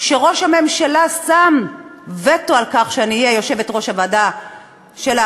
שראש הממשלה שם וטו על כך שאני אהיה יושבת-ראש ועדת העבודה,